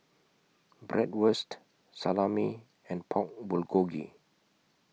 Bratwurst Salami and Pork Bulgogi